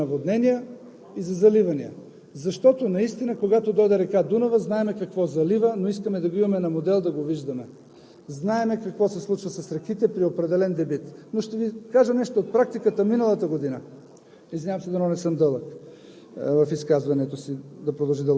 работим и по това, за да видим кои са за наводнения и за заливания. Наистина, когато дойде река Дунав, знаем какво залива, но искаме да го имаме като модел и да го виждаме. Знаем какво се случва с реките при определен дебит. Но ще Ви кажа нещо от практиката на миналата година